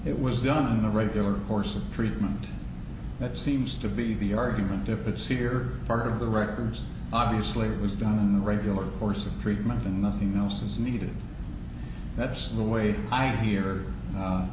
it was done in the regular course of treatment that seems to be the argument if it's here part of the records obviously it was done in the regular course of treatment and nothing else is needed that's the way i hear